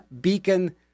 Beacon